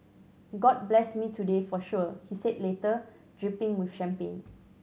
god blessed me today for sure he said later dripping with champagne